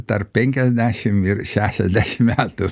tarp penkiasdešimt ir šešiasdešimt metų